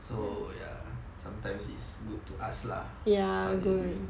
so ya sometimes it's good to ask lah how they are doing